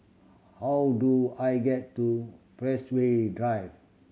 how do I get to Drive